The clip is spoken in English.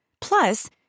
Plus